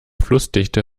flussdichte